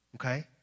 okay